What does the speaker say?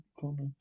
corner